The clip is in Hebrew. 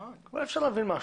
בנוגע לתיקון עליו לירון דיברה,